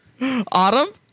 Autumn